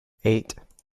eight